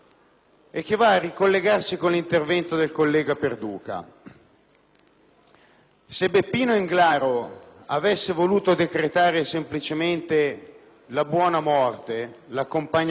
Se Beppino Englaro avesse voluto decretare semplicemente la buona morte, l'accompagnamento con discrezione della figlia nell'aldilà,